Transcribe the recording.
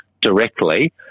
directly